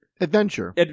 Adventure